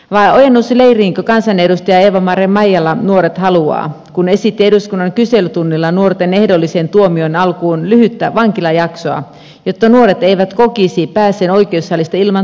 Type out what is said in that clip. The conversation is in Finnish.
vai ojennusleiriinkö kansanedustaja eeva maria maijala nuoret haluaa kun esitti eduskunnan kyselytunnilla nuorten ehdollisen tuomion alkuun lyhyttä vankilajaksoa jotta nuoret eivät kokisi päässeen oikeussalista ilman tuomiota